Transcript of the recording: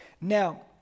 now